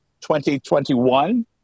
2021